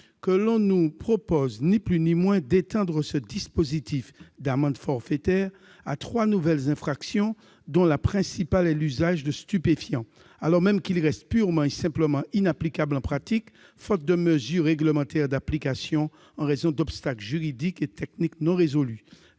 que l'on nous propose ni plus ni moins d'étendre ce dispositif d'amende forfaitaire à trois nouvelles infractions, dont la principale est l'usage de stupéfiants, alors même qu'il reste purement et simplement inapplicable en pratique, faute de mesures réglementaires d'application, en raison d'obstacles juridiques et techniques non résolus.